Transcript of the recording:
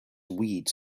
weeds